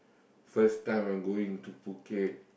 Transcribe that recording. first time I'm going to Phuket